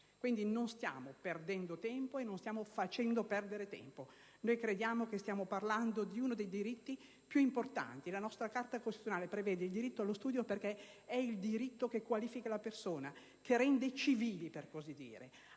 - non stiamo perdendo tempo e non facciamo perdere tempo. Crediamo che stiamo parlando di uno dei diritti più importanti. La nostra Carta costituzionale prevede il diritto allo studio perché è il diritto che qualifica la persona, che rende civili. Anche